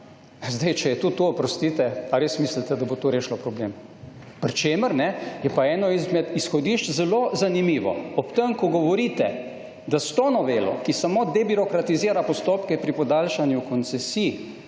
Zdaj, če je to to, oprostite, ali res mislite, da bo to rešilo problem. Pri čemer, kajne, je pa eno izmed izhodišč zelo zanimivo. Ob tem, ko govorite, da s to novelo, ki samo debirokratizira postopke pri podaljšanju koncesij,